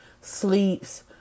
sleeps